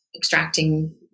extracting